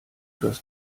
das